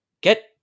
get